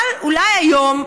אבל אולי היום,